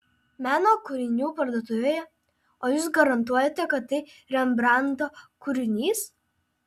meno kūrinių parduotuvėje o jūs garantuojate kad tai rembrandto kūrinys